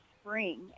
spring